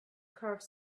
curved